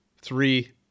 three